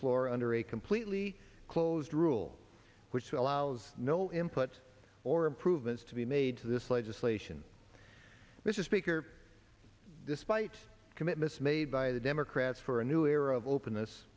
floor under a completely closed rule which allows no input or improvements to be made to this legislation mr speaker despite commitments made by the democrats for a new era of openness